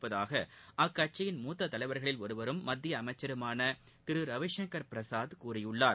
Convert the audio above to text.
உள்ளதாக அக்கட்சியின் மூத்த தலைவர்களின் ஒருவரும் மத்திய அமைச்சருமான ரவிசங்கர் பிரசாத் கூறியுள்ளார்